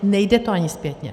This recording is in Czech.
Nejde to ani zpětně.